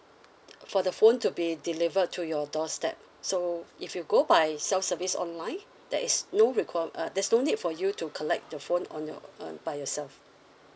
for the phone to be delivered to your doorstep so if you go by self service online there is no requirement there's no need for you to collect the phone on your uh by yourself